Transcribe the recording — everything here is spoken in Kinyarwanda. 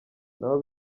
nabo